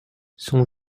son